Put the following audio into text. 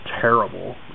terrible